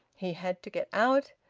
he had to get out,